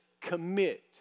commit